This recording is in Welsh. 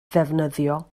ddefnyddio